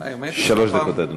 שלוש דקות, אדוני.